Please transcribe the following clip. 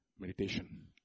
Meditation